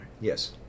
Yes